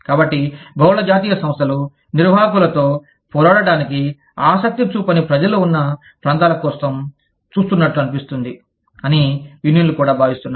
కాబట్టి బహుళ జాతీయ సంస్థలు నిర్వాహకుల తో పోరాడటానికి ఆసక్తి చూపని ప్రజలు వున్న ప్రాంతాల కోసం చూస్తున్నట్లు అనిపిస్తుంది అని యూనియన్లు కూడా భావిస్తున్నాయి